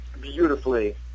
beautifully